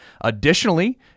Additionally